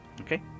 okay